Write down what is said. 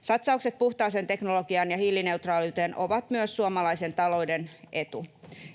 Satsaukset puhtaaseen teknologiaan ja hiilineutraaliuteen ovat myös suomalaisen talouden etu.